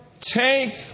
take